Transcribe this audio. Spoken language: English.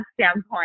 standpoint